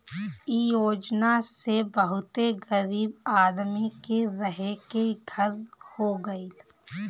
इ योजना से बहुते गरीब आदमी के रहे के घर हो गइल